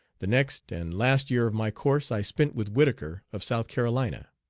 the next and last year of my course i spent with whittaker, of south carolina.